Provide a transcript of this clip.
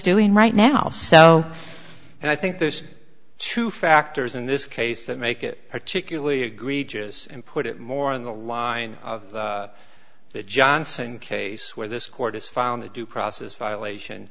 doing right now so and i think there's two factors in this case that make it particularly egregious and put it more in the line of the johnson case where this court has found the due process violation